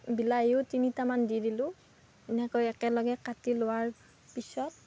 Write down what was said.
বিলাহীও তিনিটামান দি দিলোঁ এনেকৈ একেলগে কাটি লোৱাৰ পিছত